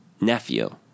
nephew